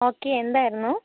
okay എന്തായിരുന്നു